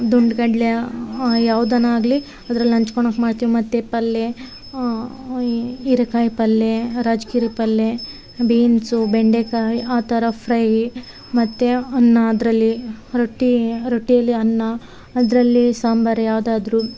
ದುಂಡು ಗಡ್ಲೆಯಾ ಯಾವುದನ ಆಗಲಿ ಅದ್ರಲ್ಲಿ ನಂಚ್ಕೊಳೊಕ್ ಮಾಡ್ತೀವಿ ಮತ್ತು ಪಲ್ಯೆ ಈ ಹೀರೆಕಾಯಿ ಪಲ್ಯೆ ರಚ್ಗಿರಿ ಪಲ್ಯೆ ಬಿನ್ಸು ಬೆಂಡೆಕಾಯಿ ಆ ಥರ ಫ್ರೈ ಮತ್ತು ಅನ್ನ ಅದರಲ್ಲಿ ರೊಟ್ಟೀ ರೊಟ್ಟಿಯಲ್ಲಿ ಅನ್ನ ಅದರಲ್ಲೀ ಸಾಂಬಾರ್ ಯಾವುದಾದ್ರು